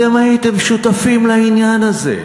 אתם הייתם שותפים לעניין הזה.